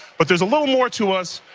but there's a little more to us,